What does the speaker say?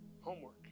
Homework